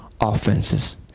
offenses